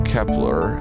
Kepler